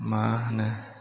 मा होनो